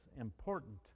important